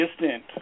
distant